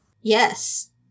Yes